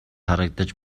харагдаж